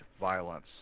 violence